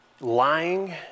Lying